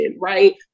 right